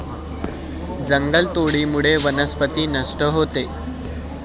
जंगलतोडीमुळे वनस्पती नष्ट होते